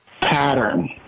pattern